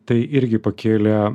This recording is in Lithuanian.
tai irgi pakėlė